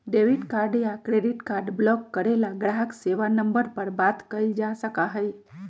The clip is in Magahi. डेबिट कार्ड या क्रेडिट कार्ड ब्लॉक करे ला ग्राहक सेवा नंबर पर बात कइल जा सका हई